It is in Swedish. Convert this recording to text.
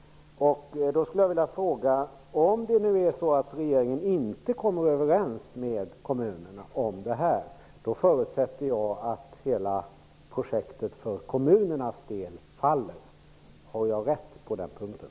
Då skulle jag vilja fråga följande. Om regeringen inte kommer överens med kommunerna, förutsätter jag att hela projektet för kommunernas del faller. Har jag rätt på den punkten?